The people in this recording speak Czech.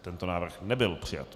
Tento návrh nebyl přijat.